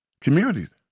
communities